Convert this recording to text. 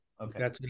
Okay